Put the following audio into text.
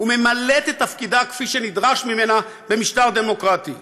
וממלאת את תפקידה כפי שנדרש ממנה במשטר דמוקרטי.